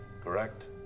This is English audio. correct